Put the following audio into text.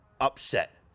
upset